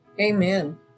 Amen